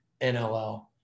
NLL